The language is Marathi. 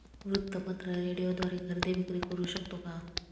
वृत्तपत्र, रेडिओद्वारे खरेदी विक्री करु शकतो का?